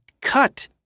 cut